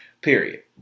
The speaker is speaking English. period